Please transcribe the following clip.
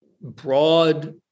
broad